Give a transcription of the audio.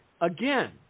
again